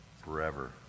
forever